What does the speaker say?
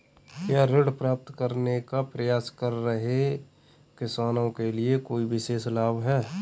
क्या ऋण प्राप्त करने का प्रयास कर रहे किसानों के लिए कोई विशेष लाभ हैं?